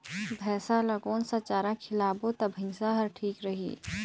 भैसा ला कोन सा चारा खिलाबो ता भैंसा हर ठीक रही?